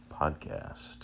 Podcast